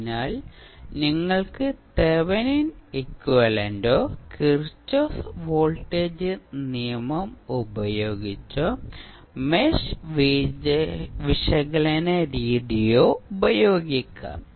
അതിനാൽ നിങ്ങൾക്ക് തെവെനിൻ എക്വിവാലെന്റോ കിർചോഫ് വോൾട്ടേജ് നിയമം ഉപയോഗിച്ച് മെഷ് വിശകലന രീതിയോ ഉപയോഗിക്കാം